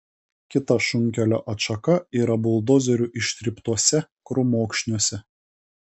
kita šunkelio atšaka yra buldozerių ištryptuose krūmokšniuose